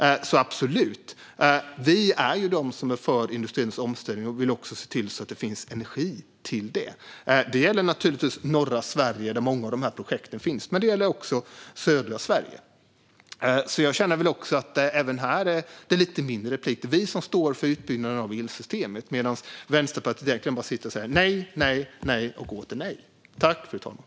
Vi är absolut för industrins omställning och vill också se till att det finns energi till den. Det gäller givetvis norra Sverige, där många av projekten finns, men också södra Sverige. Jag känner att det även här är lite min replik. Det är vi som står för utbyggnaden av elsystemet medan Vänsterpartiet bara säger nej och åter nej.